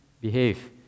behave